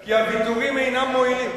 כי הוויתורים אינם מועילים.